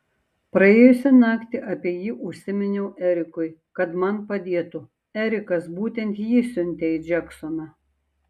praėjusią naktį apie jį užsiminiau erikui kad man padėtų erikas būtent jį siuntė į džeksoną